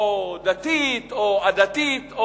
דתית או עדתית,